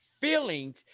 feelings